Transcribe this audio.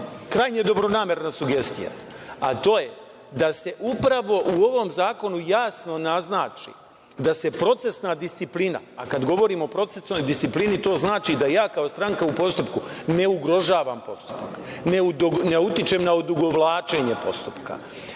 krajnje dobronamerna sugestija, a to je da se upravo u ovom zakonu jasno naznači da se procesna disciplina, a kada govorimo o procesnoj disciplini, to onda znači da ja kao stranka u postupku ne ugrožavam postupak, ne utičem na odugovlačenje postupka,